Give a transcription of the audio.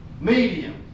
Medium